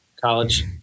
college